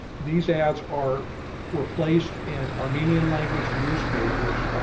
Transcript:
these ads are were placed in armenian language newspapers